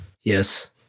Yes